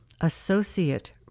associate